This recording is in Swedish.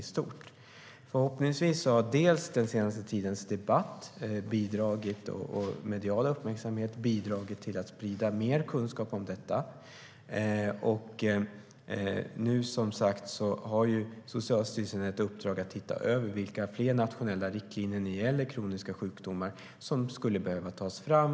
Socialstyrelsen har i uppdrag att se över vilka fler nationella riktlinjer för kroniska sjukdomar som skulle behöva tas fram.